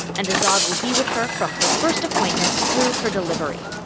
and azad will be with her from her first appointments through her delivery.